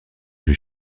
seul